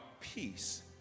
peace